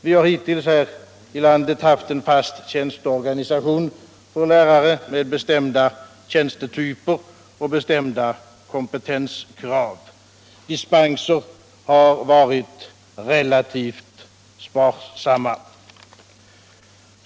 Vi har hittills här i landet haft en fast tjänsteorganisation för lärare med bestämda tjänstetyper och bestämda kompetenskrav. Dispenser har varit relativt sparsamma.